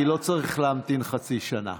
כי לא צריך להמתין חצי שנה.